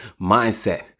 mindset